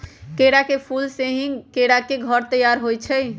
केरा के फूल से ही केरा के घौर तइयार होइ छइ